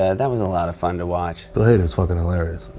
ah that was a lot of fun to watch. bill hader is fucking hilarious.